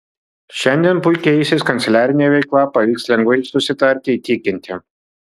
šiandien puikiai eisis kanceliarinė veikla pavyks lengvai susitarti įtikinti